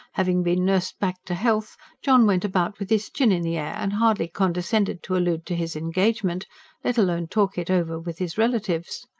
having been nursed back to health, john went about with his chin in the air, and hardly condescended to allude to his engagement let alone talk it over with his relatives.